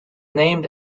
named